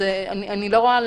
אני ניסחתי